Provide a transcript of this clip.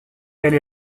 elle